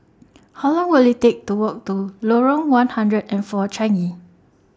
How Long Will IT Take to Walk to Lorong one hundred and four Changi